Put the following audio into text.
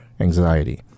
anxiety